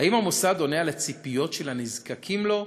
האם המוסד עונה על הציפיות של הנזקקים לו?